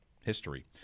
history